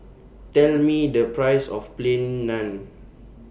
Tell Me The Price of Plain Naan